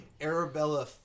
Arabella